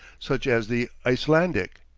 such as the icelandic,